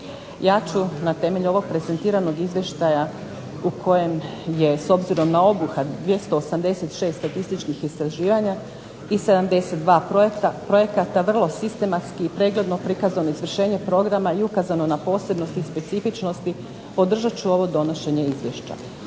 Ja ću na temelju ovog prezentiranog izvještaja u kojem je s obzirom na obuhvat 286 statističkih istraživanja i 72 projekata vrlo sistematski i pregledno prikazano izvršenje programa i ukazano na posebnosti i specifičnosti. Podržat ću ovo donošenje Izvješća.